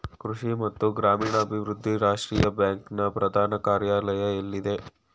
ಕೃಷಿ ಮತ್ತು ಗ್ರಾಮೀಣಾಭಿವೃದ್ಧಿ ರಾಷ್ಟ್ರೀಯ ಬ್ಯಾಂಕ್ ನ ಪ್ರಧಾನ ಕಾರ್ಯಾಲಯ ಎಲ್ಲಿದೆ?